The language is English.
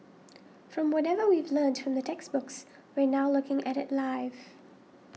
from whatever we've learnt from the textbooks we're now looking at it live